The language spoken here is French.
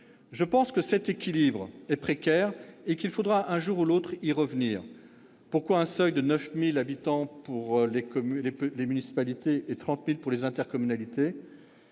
je pense que cet équilibre est précaire et qu'il faudra un jour ou l'autre y revenir. Pourquoi un seuil de 9 000 habitants pour les municipalités et de 30 000 pour les intercommunalités ?